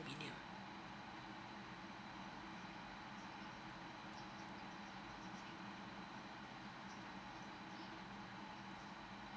condominium